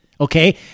okay